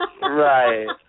Right